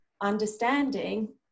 understanding